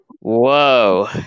Whoa